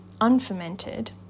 unfermented